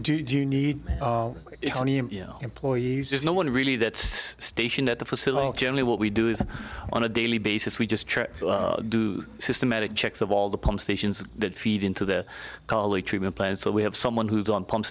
employees there's no one really that's stationed at the facility generally what we do is on a daily basis we just do systematic checks of all the pump stations that feed into the call a treatment plan so we have someone who's on pump